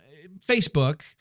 Facebook